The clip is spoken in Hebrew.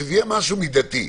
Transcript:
שזה יהיה משהו מידתי.